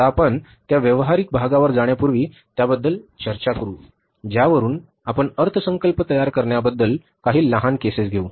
आता आपण त्या व्यावहारिक भागावर जाण्यापूर्वी त्याबद्दल चर्चा करू ज्यावरून आपण अर्थसंकल्प तयार करण्याबद्दल काही लहान केसेस घेऊ